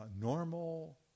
normal